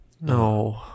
No